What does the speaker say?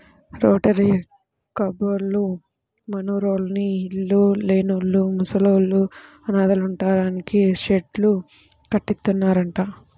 rotary కబ్బోళ్ళు మనూర్లోని ఇళ్ళు లేనోళ్ళు, ముసలోళ్ళు, అనాథలుంటానికి షెడ్డు కట్టిత్తన్నారంట